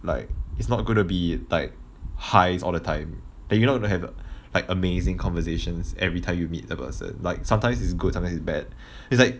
like it's not gonna be like highs all the time and you not gonna have like amazing conversations everytime you meet the person like sometimes is good sometimes it's bad it's like